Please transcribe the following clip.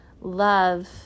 love